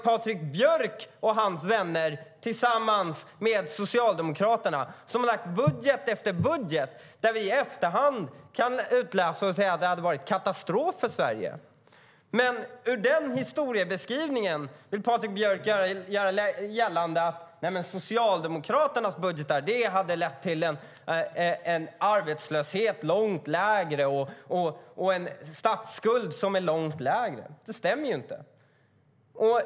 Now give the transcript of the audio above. Patrik Björck och hans vänner i Socialdemokraterna har lagt fram budget efter budget där vi i efterhand kan se att det hade varit katastrof för Sverige. Med sin historiebeskrivning vill Patrik Björck göra gällande att Socialdemokraternas budgetar hade lett till långt lägre arbetslöshet och statsskuld. Det stämmer inte.